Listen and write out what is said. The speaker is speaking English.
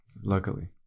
luckily